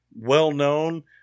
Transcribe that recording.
well-known